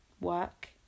work